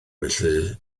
felly